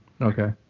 Okay